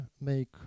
make